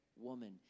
woman